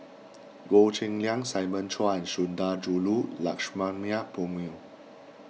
Goh Cheng Liang Simon Chua and Sundarajulu Lakshmana Perumal